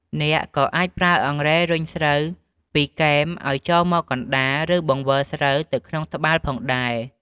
អ្នកក៏អាចប្រើអង្រែរុញស្រូវពីគែមឲ្យចូលមកកណ្តាល ឬបង្វិលស្រូវនៅក្នុងត្បាល់ផងដែរ។